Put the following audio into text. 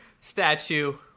statue